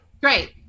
Great